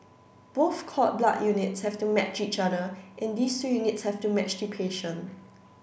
both cord blood units have to match each other and these two units have to match the patient